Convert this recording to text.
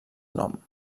nom